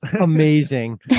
Amazing